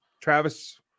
Travis